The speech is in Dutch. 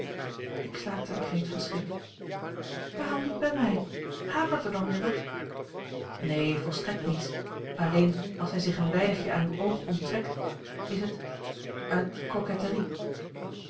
ik slaakte een kreet van schrik waarom niet bij mij hapert er dan weer wat neen volstrekt niets alleen als hij zich een weinigje aan uw oog onttrekt is het uit